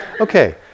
Okay